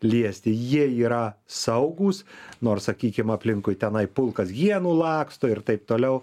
liesti jie yra saugūs nors sakykim aplinkui tenai pulkas hienų laksto ir taip toliau